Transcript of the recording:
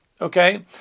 Okay